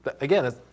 Again